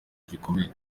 gikomeye